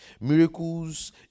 Miracles